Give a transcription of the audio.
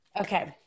Okay